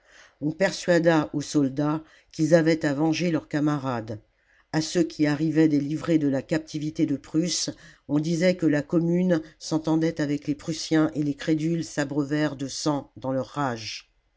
on persuada aux soldats qu'ils avaient à venger leurs camarades à ceux qui arrivaient délivrés de la captivité de prusse on disait que la commune s'entendait avec les prussiens et les crédules s'abreuvèrent de sang dans leur rage